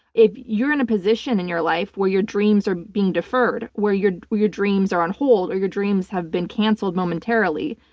if you're in a position in your life where your dreams are being deferred, where your where your dreams are on hold or your dreams have been canceled momentarily,